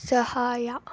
ಸಹಾಯ